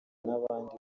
n’abandi